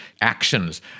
actions